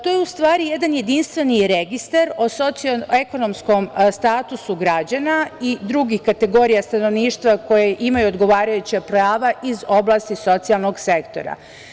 To je u stvari jedan jedinstveni registar o sociekonomskom statusu građana i drugih kategorija stanovništva koja imaju odgovarajuća prava iz oblasti socijalnog sektora.